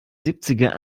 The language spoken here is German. siebziger